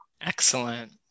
Excellent